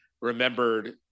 remembered